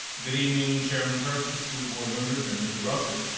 good evening, chairmen, parents, the school board members, and mr. ruswell,